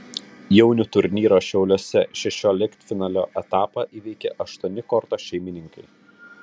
jaunių turnyro šiauliuose šešioliktfinalio etapą įveikė aštuoni korto šeimininkai